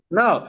no